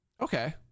okay